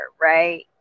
right